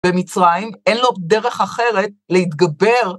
במצרים, אין לו דרך אחרת להתגבר